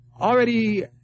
already